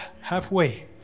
halfway